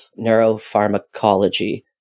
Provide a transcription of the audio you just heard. neuropharmacology –